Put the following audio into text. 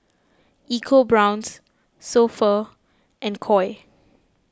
EcoBrown's So Pho and Koi